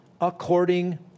according